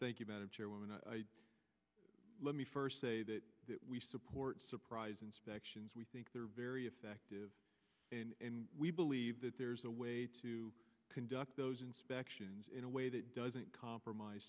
thank you madam chairwoman let me first say that we support surprise inspections we think they're very effective and we believe that there's a way to conduct those inspections in a way that doesn't compromise